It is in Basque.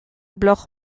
blog